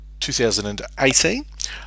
2018